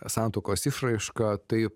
santuokos išraišką tai